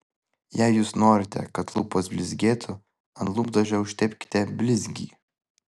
jei jūs norite kad lūpos blizgėtų ant lūpdažio užtepkite blizgį